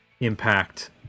impact